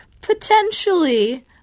potentially